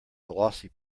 glossy